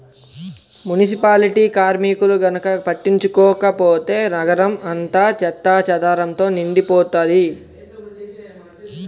municipality కార్మికులు గనక పట్టించుకోకపోతే నగరం అంతా చెత్తాచెదారంతో నిండిపోతది